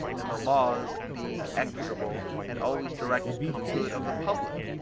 and the laws being equitable and always directed to the good of the public?